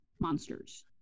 monsters